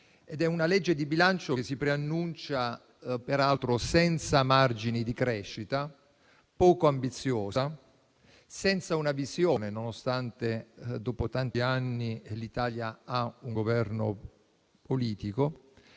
di legge di bilancio si preannuncia peraltro senza margini di crescita, poco ambizioso, senza una visione - nonostante dopo tanti anni l'Italia abbia un Governo politico